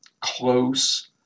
close